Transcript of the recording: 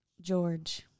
George